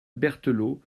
berthelot